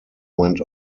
went